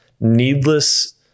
needless